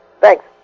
Thanks